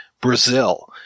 brazil